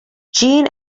gene